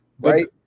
right